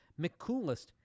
McCoolist